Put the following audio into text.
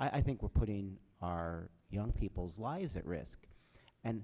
i think we're putting our young people's lives at risk and